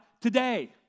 today